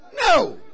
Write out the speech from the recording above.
no